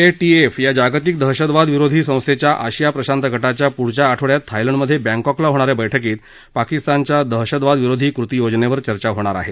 F A T F या जागतिक दहशतवादी विरोधी संस्थेच्या आशिया प्रशांत गटाच्या प्ढच्या आठवडयात थायलंडमधे बँकॉकला होणा या बैठकीत पाकिस्तानच्या दहशतवाद विरोधी कृती योजनेवर चर्चा होणार आहे